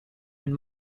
and